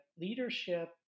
Leadership